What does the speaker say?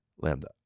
Lambda